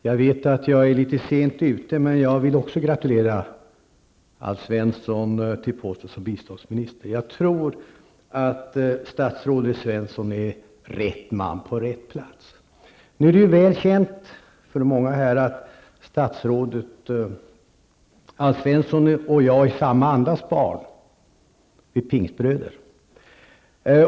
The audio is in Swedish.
Herr talman! Jag vet att jag är litet sent ute, men också jag vill gratulera Alf Svensson till posten som biståndsminister. Jag tror att statsrådet Svensson är rätt man på rätt plats. Det är väl känt för många här att statsrådet Alf Svensson och jag är samma andas barn -- vi är pingstbröder.